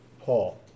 Paul